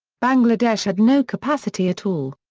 bangladesh had no capacity at all.